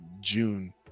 June